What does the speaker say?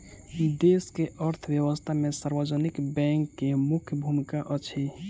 देश के अर्थव्यवस्था में सार्वजनिक बैंक के मुख्य भूमिका अछि